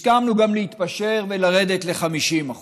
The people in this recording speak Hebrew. הסכמנו גם להתפשר ולרדת ל-50%.